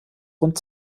rund